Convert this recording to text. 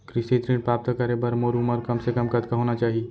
कृषि ऋण प्राप्त करे बर मोर उमर कम से कम कतका होना चाहि?